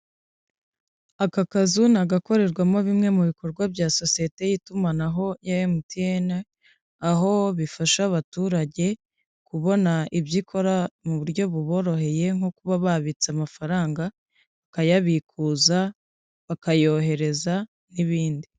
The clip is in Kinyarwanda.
Aka kazu ni agakorerwamo bimwe mu bikorwa bya sosiyete y'itumanaho ya emutiyene, aho bifasha abaturage kubona ibyo ikora mu buryo buboroheye nko kuba babitse amafaranga, bakayabikuza, bakayohereza n'ibindi.